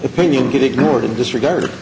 opinion get ignored in disregard